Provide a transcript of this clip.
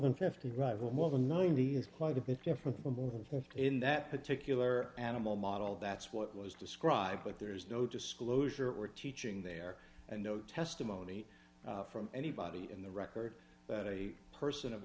than fifty rival more than ninety is quite a bit different in that particular animal model that's what was described but there is no disclosure or teaching there and no testimony from anybody in the record that a person of